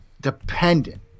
dependent